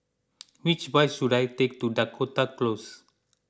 which bus should I take to Dakota Close